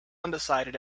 undecided